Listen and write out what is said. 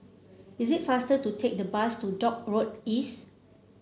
it is faster to take the bus to Dock Road East